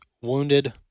wounded